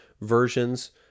versions